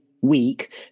week